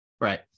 right